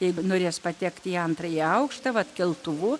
jeigu norės patekti į antrąjį aukštą vat keltuvu